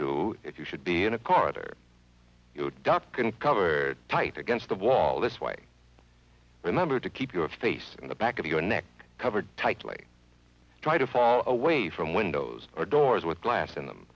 do if you should be in a corridor duck and cover tight against the wall this way remember to keep your face in the back of your neck covered tightly try to find away from windows or doors with glass in them